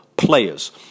players